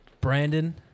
Brandon